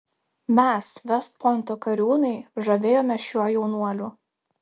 mes vest pointo kariūnai žavėjomės šiuo jaunuoliu